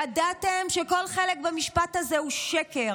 ידעתם שכל חלק במשפט הזה הוא שקר,